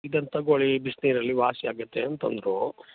ಇದನ್ನು ತಗೊಳ್ಳಿ ಬಿಸಿ ನೀರಲ್ಲಿ ವಾಸಿ ಆಗುತ್ತೆ ಅಂತ ಅಂದರು